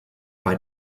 bei